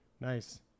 Nice